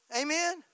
Amen